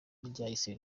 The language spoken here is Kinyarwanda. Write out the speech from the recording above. ryahise